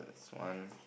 swan